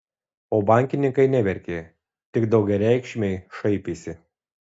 o bankininkai neverkė tik daugiareikšmiai šaipėsi